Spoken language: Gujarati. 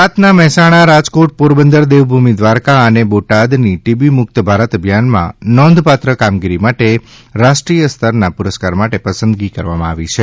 ગુજરાતના મહેસાણા રાજકોટ પોરબંદર દેવભૂમિ દ્વારકા અને બોટાદની ટીબી મુક્ત ભારત અભિયાનમાં નોંધપાત્ર કામગીરી માટે રાષ્ટ્રીય સ્તરના પુરસ્કાર માટે પસંદગી કરવામાં આવી છે